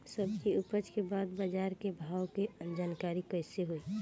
सब्जी उपज के बाद बाजार के भाव के जानकारी कैसे होई?